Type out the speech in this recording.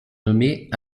nommées